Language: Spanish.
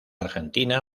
argentina